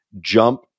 jump